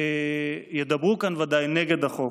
נגד החוק?